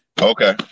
Okay